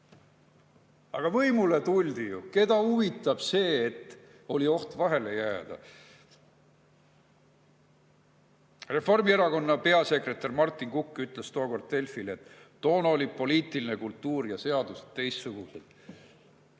Aga võimule tuldi ju! Keda huvitab see, et oli oht vahele jääda. Reformierakonna peasekretär Martin Kukk ütles tookord Delfile, et toona olid poliitiline kultuur ja seadused teistsugused.